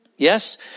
Yes